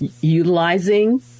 utilizing